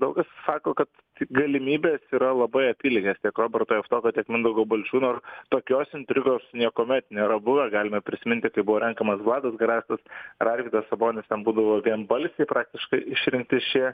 daug kas sako kad galimybės yra labai apylygės tiek roberto javtoko tiek mindaugo balčiūno ir tokios intrigos niekuomet nėra buvę galime prisiminti kai buvo renkamas vladas garastas ar arvydas sabonis ten būdavo vienbalsiai praktiškai išrinkti šie